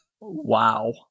Wow